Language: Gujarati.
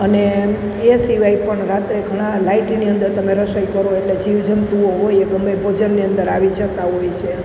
અને એ સિવાય પણ રાત્રે ઘણાં લાઇટની અંદર તમે રસોઈ કરો એટલે જીવ જંતુઓ હોય ગમે એ ભોજનની અંદર આવી જતાં હોય છે